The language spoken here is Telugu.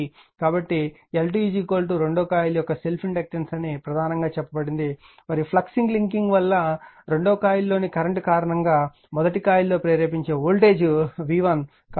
కాబట్టి L 2 కాయిల్ 2 యొక్క సెల్ఫ్ ఇండక్టెన్స్ అని ప్రధానంగా చెప్పబడింది మరియు ఆ ఫ్లక్స్ లింకింగ్ వల్ల అంటే కాయిల్ 2 లోని కరెంట్ కారణంగా కాయిల్ 1 లోప్రేరేపించే వోల్టేజ్ v1